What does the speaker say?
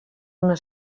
una